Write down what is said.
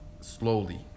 slowly